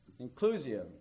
Inclusio